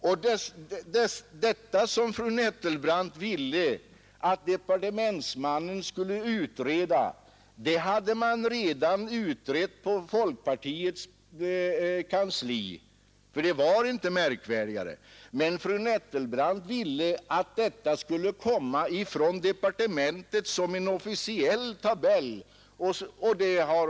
Det som fru Nettelbrandt ville att departementstjänstemannen skulle utreda hade man också redan utrett på folkpartiets kansli — märkvärdigare var det inte. Men fru Nettelbrandt ville att sammanställ ningen skulle komma som en officiell tabell från departementet.